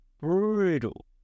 brutal